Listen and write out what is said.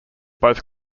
both